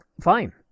Fine